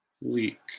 Leak